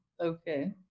Okay